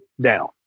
down